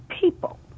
people